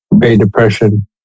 Depression